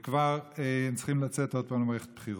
וכבר הם צריכים לצאת עוד פעם למערכת בחירות.